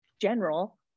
general